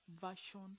version